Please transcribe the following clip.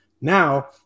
Now